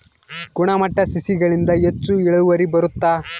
ಗುಣಮಟ್ಟ ಸಸಿಗಳಿಂದ ಹೆಚ್ಚು ಇಳುವರಿ ಬರುತ್ತಾ?